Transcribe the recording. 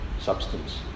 substance